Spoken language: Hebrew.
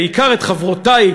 בעיקר את חברותי,